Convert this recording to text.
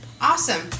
awesome